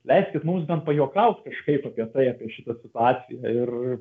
leiskit mums bent pajuokaut kažkaip apie tai apie šitą situaciją ir